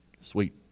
Sweet